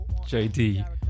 JD